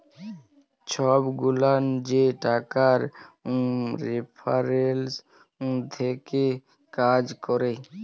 ছব গুলান যে টাকার রেফারেলস দ্যাখে কাজ ক্যরে